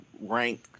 rank